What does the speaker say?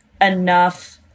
enough